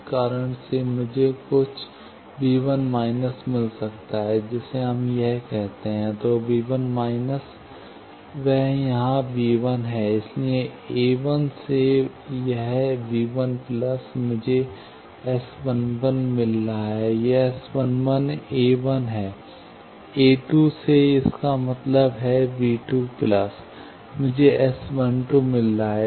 कारण से मुझे कुछ मिल सकता है जिसे हम कहते हैं तो वह यहाँ V1 है इसलिए a1 से यह मुझे S 11 मिल रहा है यह S 11a1 है a2 से इसका मतलब है मुझे S 12 मिल रहा है